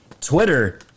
Twitter